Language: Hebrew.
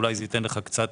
אולי זה ייתן פרופורציות.